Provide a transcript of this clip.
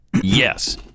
Yes